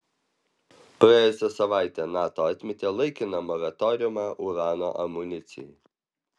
praėjusią savaitę nato atmetė laikiną moratoriumą urano amunicijai